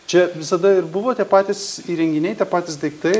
čia visada ir buvo tie patys įrenginiai patys daiktai